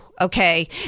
okay